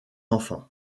enfants